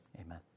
Amen